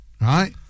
right